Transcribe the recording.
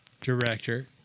director